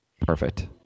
Perfect